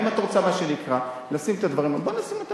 אם את רוצה לשים את הדברים על השולחן,